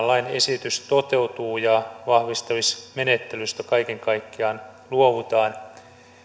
lain esitys toteutuu ja vahvistamismenettelystä kaiken kaikkiaan luovutaan